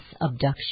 abduction